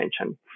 attention